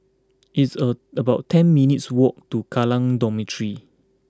it's a about ten minutes' walk to Kallang Dormitory